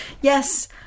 Yes